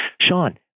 Sean